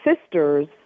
sister's